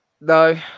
No